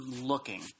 looking